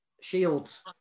Shields